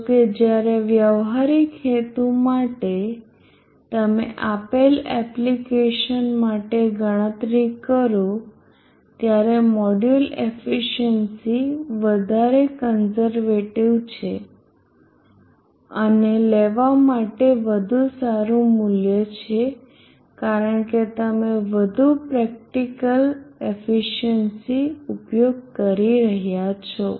જો કે જ્યારે વ્યવહારિક હેતુ માટે તમે આપેલ એપ્લિકેશન માટે ગણતરી કરો ત્યારે મોડ્યુલ એફિસિયન્સી વધારે કન્ઝર્વેટીવ છે અને લેવા માટે વધુ સારું મૂલ્ય છે કારણ કે તમે વધુ પ્રેક્ટિકલ એફિસિયન્સી ઉપયોગ કરી રહ્યા છો